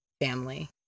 family